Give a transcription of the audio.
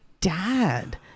dad